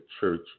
church